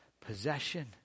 possession